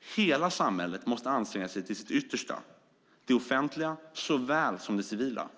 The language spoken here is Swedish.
Hela samhället måste anstränga sig till sitt yttersta, såväl det offentliga som det civila.